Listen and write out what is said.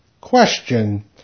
Question